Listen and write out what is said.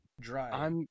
dry